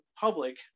public